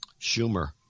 Schumer